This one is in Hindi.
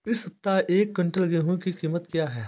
इस सप्ताह एक क्विंटल गेहूँ की कीमत क्या है?